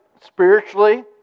spiritually